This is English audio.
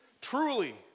Truly